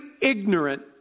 ignorant